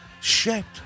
shaped